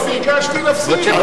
לא ביקשתי להפסיק.